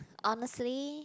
honestly